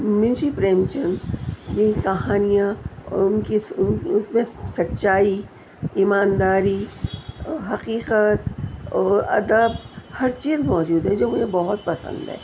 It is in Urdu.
منشی پریم چند کی کہانیاں اور ان کی اس میں سچائی ایمانداری حقیقت اور ادب ہر چیز موجود ہے جو مجھے بہت پسند ہے